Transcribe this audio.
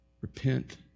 Repent